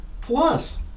plus